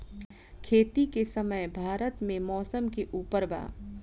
खेती के समय भारत मे मौसम के उपर बा